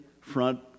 front